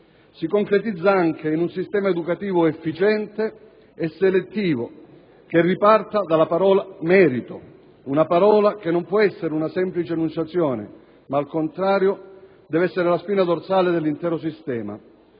Si concretizza anche in un sistema educativo efficiente e selettivo, che riparta dalla parola «merito», una parola che non può essere una semplice enunciazione, ma, al contrario, deve essere la spina dorsale dell'intero sistema.